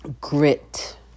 grit